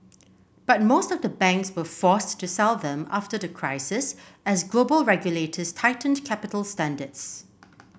but most of the banks were forced to sell them after the crisis as global regulators tightened capital standards